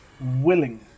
willing